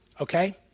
Okay